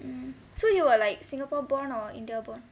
mm so you were like singapore born or india born